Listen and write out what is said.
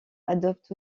adoptent